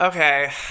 Okay